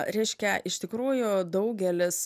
reiškia iš tikrųjų daugelis